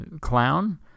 clown